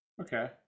Okay